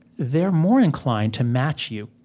they're more inclined to match you